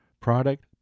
product